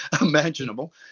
imaginable